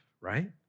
right